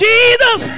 Jesus